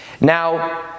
Now